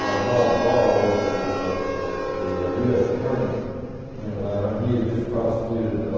bob barr was the ah the us attorney in atlanta. he had just prosecuted